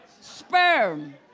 sperm